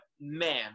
man